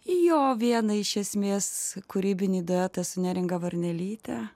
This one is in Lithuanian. jo vieną iš esmės kūrybinį duetas su neringa varnelytė